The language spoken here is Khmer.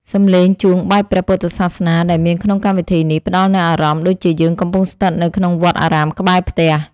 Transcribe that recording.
សំឡេងជួងបែបព្រះពុទ្ធសាសនាដែលមានក្នុងកម្មវិធីនេះផ្តល់នូវអារម្មណ៍ដូចជាយើងកំពុងស្ថិតនៅក្នុងវត្តអារាមក្បែរផ្ទះ។